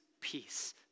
peace